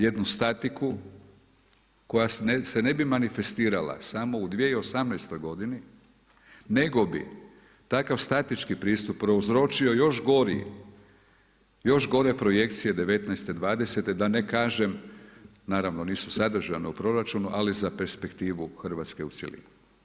Jednu statiku koja se ne bi manifestirala samo u 2018. godini, nego bi takav statički pristup prouzročio još gori, još gore projekcije devetnaeste, dvadesete da ne kažem, naravno nisu sadržane u proračunu, ali za perspektivu Hrvatske u cjelini.